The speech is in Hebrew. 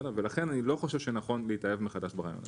ולכן, אני לא חושב שנכון להתאהב מחדש ברעיון הזה.